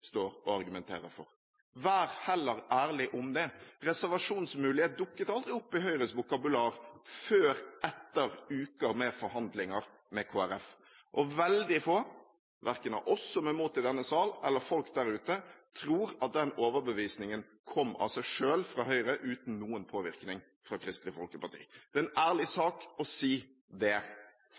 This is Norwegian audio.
å være ærlig. Velgerne forstår at Høyre ikke egentlig mener det Høyre nå plutselig står og argumenterer for. Vær heller ærlig om det. Reservasjonsmulighet dukket aldri opp i Høyres vokabular før etter uker med forhandlinger med Kristelig Folkeparti. Og veldig få, verken av oss som er mot det i denne sal eller folk der ute, tror at den overbevisningen kom av seg selv fra Høyre, uten noen påvirkning fra Kristelig Folkeparti.